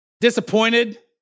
Disappointed